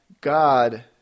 God